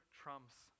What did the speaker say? trumps